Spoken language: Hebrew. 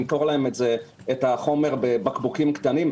נמכור להם את החומר בבקבוקים קטנים?